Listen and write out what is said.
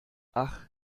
ach